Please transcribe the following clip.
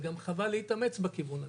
וגם חבל להתאמץ בכיוון הזה.